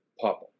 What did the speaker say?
pop